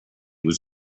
was